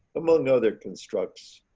among other constructs,